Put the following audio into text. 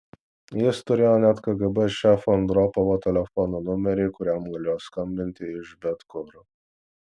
jis turėjo net kgb šefo andropovo telefono numerį kuriam galėjo skambinti iš bet kur